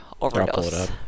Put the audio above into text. overdose